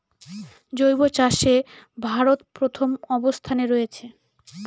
জৈব চাষে ভারত প্রথম অবস্থানে রয়েছে